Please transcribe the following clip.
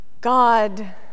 God